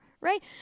Right